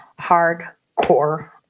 hardcore